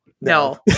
no